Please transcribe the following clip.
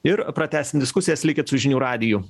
ir pratęsim diskusijas likit su žinių radiju